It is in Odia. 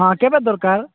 ହଁ କେବେ ଦରକାର